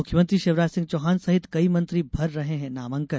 मुख्यमंत्री शिवराज सिंह चौहान सहित कई मंत्री भर रहे हैं नामांकन